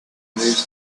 news